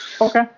Okay